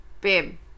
Babe